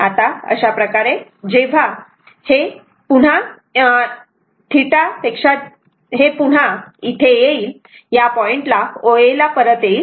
आता अशा प्रकारे जेव्हा हे पुन्हा त्याच पॉइंटला म्हणजेच OA ला इथे परत येईल